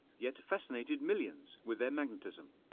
yet, fascinated millions with their magnetism.